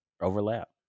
overlap